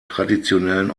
traditionellen